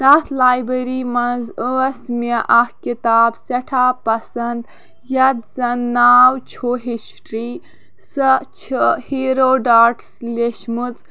تَتھ لایبرٔری منٛز ٲسۍ مےٚ اکھ کِتاب سٮ۪ٹھاہ پَسنٛد یَتھ زَن ناو چھُ ہِسٹری سۄ چھِ ہیٖروڈاوٹٕس لیٚچھمٕژ